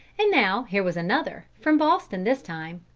and now here was another, from boston this time.